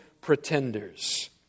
pretenders